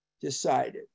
decided